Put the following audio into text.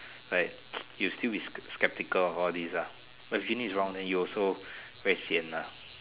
like you still will be sk~ skeptical all these ah if the genie is wrong then you also very sian ah